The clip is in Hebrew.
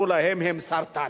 הם סרטן.